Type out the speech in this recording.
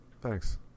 Thanks